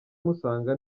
musanga